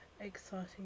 exciting